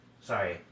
sorry